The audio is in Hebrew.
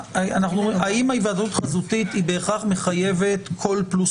האם ההיוועדות החזותית היא בהכרח מחייבת קול פלוס